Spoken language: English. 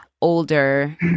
older